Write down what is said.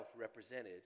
represented